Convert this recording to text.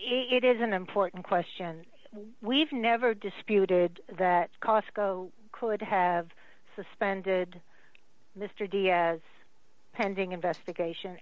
it is an important question we've never disputed that cosco could have suspended mr diaz pending investigation